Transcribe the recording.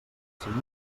cinc